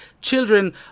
children